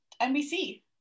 NBC